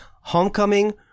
Homecoming